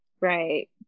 Right